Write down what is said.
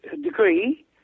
degree